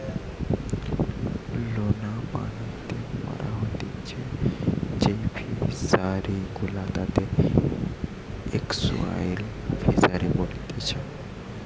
লোনা পানিতে করা হতিছে যেই ফিশারি গুলা তাকে এস্টুয়ারই ফিসারী বলেতিচ্ছে